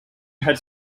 had